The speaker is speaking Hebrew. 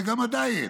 וגם הדיאט?